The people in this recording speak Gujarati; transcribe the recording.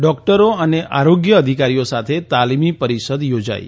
ડોક્ટરો અને આરોગ્ય અધિકારીઓ સાથે તાલીમી પરિષદ યોજાઇ